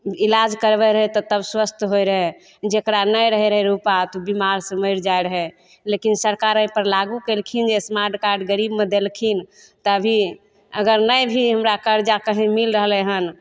इलाज करबय रहय तब तब स्वस्थ होइ रहय जकरा नहि रहय रहय रुपैआ तऽ बीमारसँ मरि जाइ रहय लेकिन सरकार अइपर लागू कयलखिन जे स्मार्ट कार्ड गरीबमे देलखिन तऽ अभी अगर नहि भी हमरा कर्जा कहीं मिल रहलइ हन